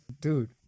dude